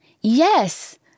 Yes